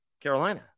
Carolina